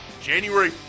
January